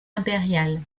impérial